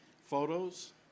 photos